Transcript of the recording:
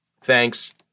Thanks